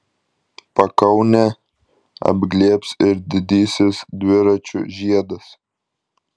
pakaunę apglėbs ir didysis dviračių žiedas